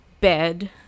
bed